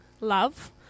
love